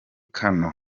kano